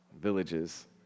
villages